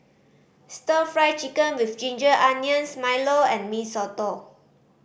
Stir Fry Chicken with ginger onions milo and Mee Soto